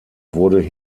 wurde